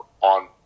on